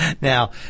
Now